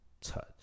Touch